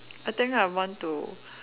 I think I want to